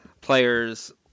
players